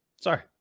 sorry